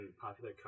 popular